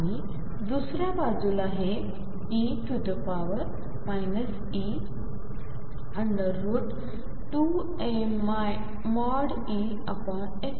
आणि दुसऱ्या बाजूला हे e 2mE2x आहे